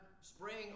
spraying